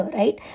right